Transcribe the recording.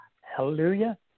Hallelujah